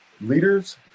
leaders